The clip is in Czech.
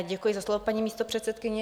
Děkuji za slovo, paní místopředsedkyně.